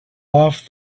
off